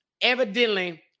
evidently